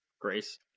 Grace